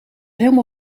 helemaal